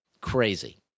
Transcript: crazy